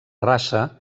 raça